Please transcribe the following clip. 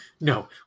No